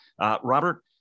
Robert